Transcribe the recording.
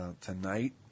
tonight